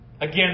Again